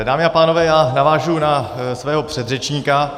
Dámy a pánové, já navážu na svého předřečníka.